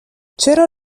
چرا